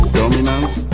dominance